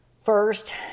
First